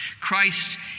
Christ